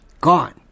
gone